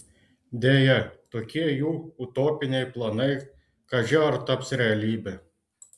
deja tokie jų utopiniai planai kaži ar taps realybe